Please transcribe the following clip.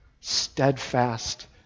steadfast